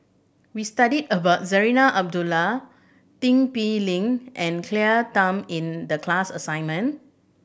we studied about Zarinah Abdullah Tin Pei Ling and Claire Tham in the class assignment